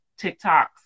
TikToks